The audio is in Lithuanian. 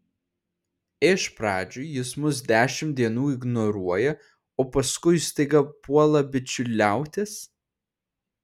iš pradžių jis mus dešimt dienų ignoruoja o paskui staiga puola bičiuliautis